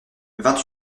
vingt